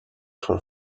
schon